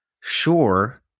sure